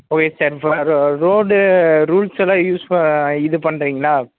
road ரூல்ஸல்லாம் use இது பண்ணுறீங்களா